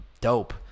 dope